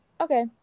Okay